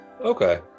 okay